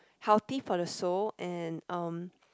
healthy for the soul and um